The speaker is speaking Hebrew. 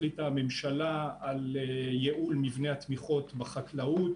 החליטה הממשלה על ייעול מבנה התמיכות בחקלאות